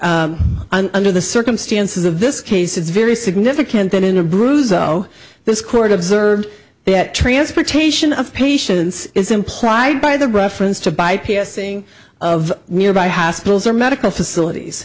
under the circumstances of this case it's very significant that in a bruise oh this court observed that transportation of patients is implied by the reference to bypassing of nearby hospitals or medical facilities